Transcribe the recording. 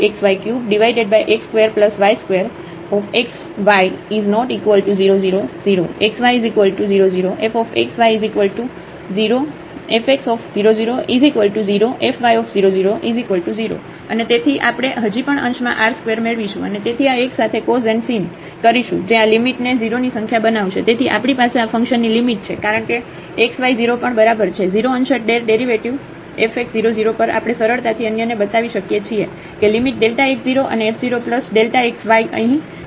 fxyxy3x2y2xy≠00 0xy00 fxy 0fx000fy000⁡ અને તેથી આપણે હજી પણ અંશમાં r ² મેળવીશું અને તેથી આ એક સાથે cos sin કરીશું જે આ લિમિટને 0 ની સંખ્યા બનાવશે તેથી આપણી પાસે આ ફંક્શનની લિમિટ છે કારણ કે xy 0 પણ બરાબર છે 0 અંશત der ડેરિવેટિવ fx 0 0 પર આપણે સરળતાથી અન્યને બતાવી શકીએ છીએ કે લિમિટ Δx0 અને f 0 Δxyમાં અહીં યથાવત છે